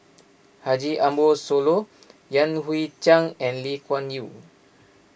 Haji Ambo Sooloh Yan Hui Chang and Lee Kuan Yew